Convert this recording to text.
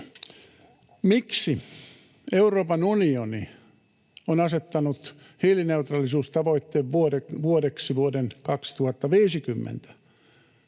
Miksi Euroopan unioni on asettanut hiilineutraalisuustavoitevuodeksi vuoden 2050,